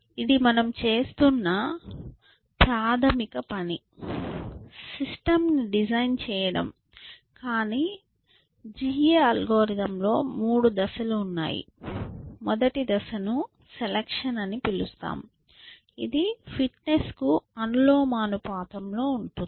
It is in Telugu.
ఇది మనము చేస్తున్న ప్రాథమిక పని సిస్టం ని డిజైన్ చెయ్యడం GA అల్గోరిథం లో 3 దశలు ఉన్నాయి మొదటి దశను సెలక్షన్ అని పిలుస్తారు ఇది ఫిట్నెస్కు అనులోమానుపాతంలో ఉంటుంది